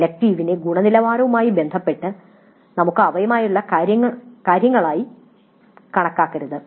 ഇലക്ടീവിനെ ഗുണനിലവാരവുമായി ബന്ധപ്പെട്ട് നമുക്ക് അയവുള്ള കാര്യങ്ങളായി കണക്കാക്കരുത്